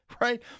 right